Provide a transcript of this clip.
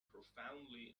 profoundly